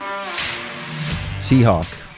Seahawk